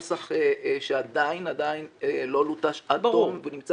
בנוסח שעדיין לא לוטש עד תום ונמצא